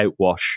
outwash